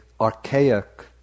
archaic